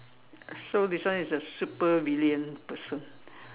so this one is a supervillain person